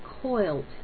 coiled